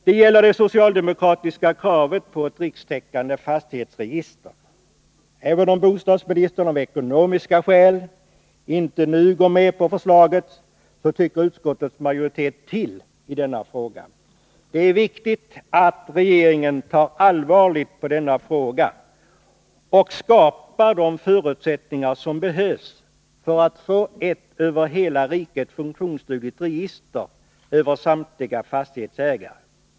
Den gäller det socialdemokratiska kravet på ett rikstäckande fastighetsregister. Även om bostadsministern av ekonomiska skäl inte nu går med på förslaget, ger utskottets majoritet uttryck för sin uppfattning i denna fråga. Det är viktigt att regeringen tar allvarligt på detta förslag och skapar de förutsättningar som behövs för att få ett över hela riket funktionsdugligt register över samtliga fastighetsägare.